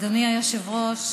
אדוני היושב-ראש,